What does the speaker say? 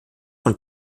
von